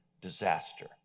disaster